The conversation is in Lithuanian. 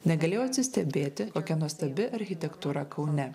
negalėjau atsistebėti kokia nuostabi architektūra kaune